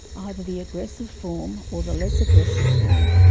ah either the aggressive form or the less aggressive form,